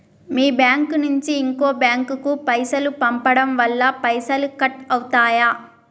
మీ bank నుంచి ఇంకో bank కు పైసలు పంపడం వల్ల పైసలు కట్ అవుతయా?